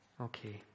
okay